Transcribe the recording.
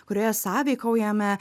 kurioje sąveikaujame